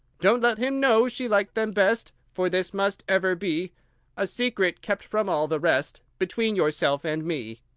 don't let him know she liked them best, for this must ever be a secret, kept from all the rest, between yourself and me.